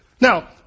Now